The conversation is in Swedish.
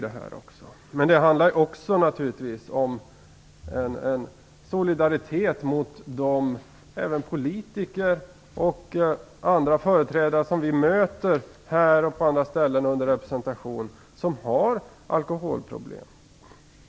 Det handlar naturligtvis också om en solidaritet mot de politiker och andra företrädare som vi möter här och på andra ställen i samband med representation och som har alkoholproblem.